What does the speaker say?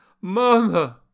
Mother